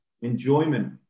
enjoyment